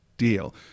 deal